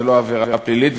זה לא עבירה פלילית,